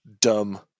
Dumb